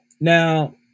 Now